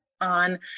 on